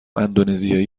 اندونزیایی